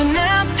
now